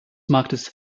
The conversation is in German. marktes